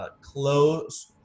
close